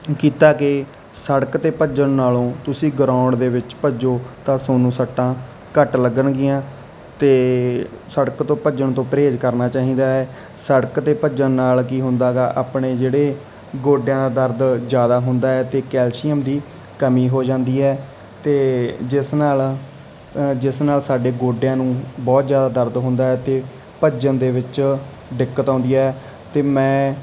ਕੀਤਾ ਕਿ ਸੜਕ 'ਤੇ ਭੱਜਣ ਨਾਲੋਂ ਤੁਸੀਂ ਗਰਾਊਂਡ ਦੇ ਵਿੱਚ ਭੱਜੋ ਤਾਂ ਤੁਹਾਨੂ ਸੱਟਾਂ ਘੱਟ ਲੱਗਣਗੀਆਂ ਅਤੇ ਸੜਕ ਤੋਂ ਭੱਜਣ ਤੋਂ ਪਰਹੇਜ਼ ਕਰਨਾ ਚਾਹੀਦਾ ਹੈ ਸੜਕ 'ਤੇ ਭੱਜਣ ਨਾਲ ਕੀ ਹੁੰਦਾ ਗਾ ਆਪਣੇ ਜਿਹੜੇ ਗੋਡਿਆਂ ਦਾ ਦਰਦ ਜ਼ਿਆਦਾ ਹੁੰਦਾ ਹੈ ਅਤੇ ਕੈਲਸ਼ੀਅਮ ਦੀ ਕਮੀ ਹੋ ਜਾਂਦੀ ਹੈ ਅਤੇ ਜਿਸ ਨਾਲ ਅ ਜਿਸ ਨਾਲ ਸਾਡੇ ਗੋਡਿਆਂ ਨੂੰ ਬਹੁਤ ਜ਼ਿਆਦਾ ਦਰਦ ਹੁੰਦਾ ਅਤੇ ਭੱਜਣ ਦੇ ਵਿੱਚ ਦਿੱਕਤ ਆਉਂਦੀ ਹੈ ਅਤੇ ਮੈਂ